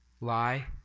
lie